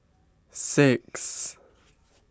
six